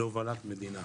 להובלת מדינה.